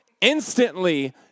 Instantly